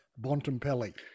Bontempelli